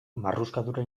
marruskadura